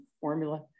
formula